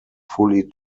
fully